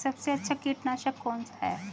सबसे अच्छा कीटनाशक कौन सा है?